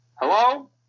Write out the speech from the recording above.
Hello